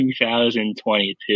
2022